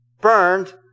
burned